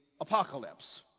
Apocalypse